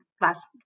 last